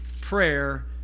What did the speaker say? prayer